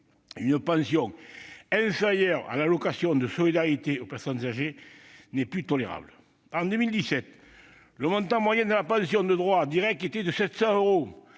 une pension inférieure à l'allocation de solidarité aux personnes âgées n'est plus tolérable. En 2017, le montant moyen de la pension de droit direct était de 700 euros